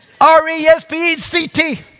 R-E-S-P-E-C-T